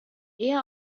eher